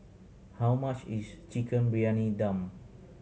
how much is Chicken Briyani Dum